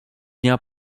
dnia